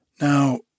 Now